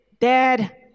dad